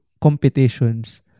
competitions